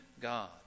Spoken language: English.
God